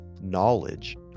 knowledge